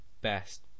best